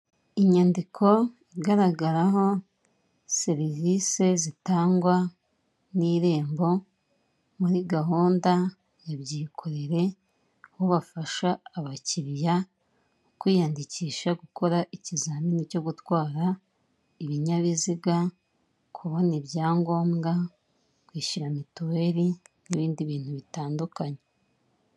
Inyandiko igaragaraho serivise zitangwa n'Irembo muri gahunda ya byikorere aho bafasha abakiriya kwiyandikisha gukora ikizamini cyo gutwara ibinyabiziga, kubona ibyangombwa, kwishyura mituweri n'ibindi bintu bitandukanye.